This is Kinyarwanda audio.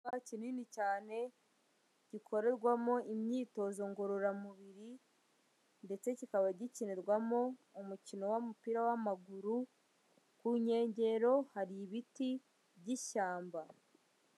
Ikibuga kinini cyane, gikorerwamo imyitozo ngororamubiri ndetse kikaba gikinirwamo umukino w'umupira w'amaguru, ku nkengero hari ibiti by'ishyamba.